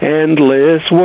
endless